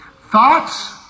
Thoughts